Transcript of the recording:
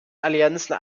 allianzen